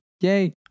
yay